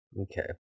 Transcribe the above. Okay